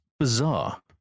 bizarre